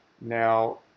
Now